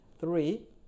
Three